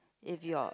if you are